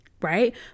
Right